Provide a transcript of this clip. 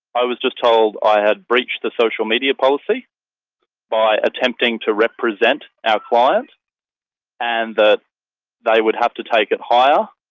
i was just told i had breached the social media policy by attempting to represent our client and that they would have to take it higher,